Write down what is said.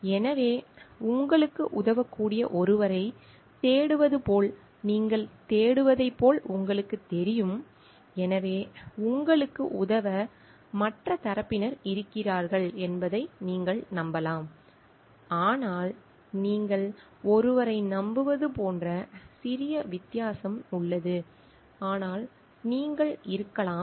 எனவே உங்களுக்கு உதவக்கூடிய ஒருவரைத் தேடுவது போல் நீங்கள் தேடுவதைப் போல் உங்களுக்குத் தெரியும் எனவே உங்களுக்கு உதவ மற்ற தரப்பினர் இருக்கிறார்கள் என்பதை நீங்கள் நம்பலாம் ஆனால் நீங்கள் ஒருவரை நம்புவது போன்ற சிறிய வித்தியாசம் உள்ளது ஆனால் நீங்கள் இருக்கலாம்